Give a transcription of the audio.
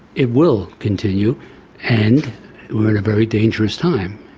it will continue and we're in a very dangerous time.